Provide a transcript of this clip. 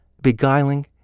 beguiling